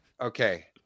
Okay